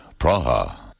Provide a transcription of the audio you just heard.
Praha